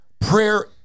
prayer